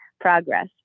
progress